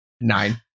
nine